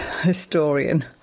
historian